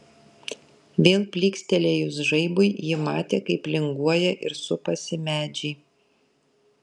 vėl plykstelėjus žaibui ji matė kaip linguoja ir supasi medžiai